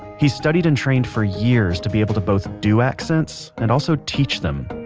he's studied and trained for years to be able to both do accents, and also teach them.